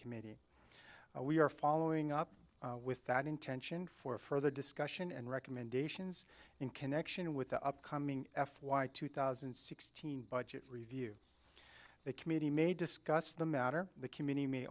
committee we are following up with that intention for further discussion and recommendations in connection with the upcoming f y two thousand and sixteen budget review the committee may discuss the matter the committee may